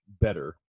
better